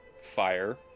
fire